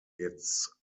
its